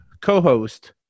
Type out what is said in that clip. co-host